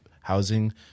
housing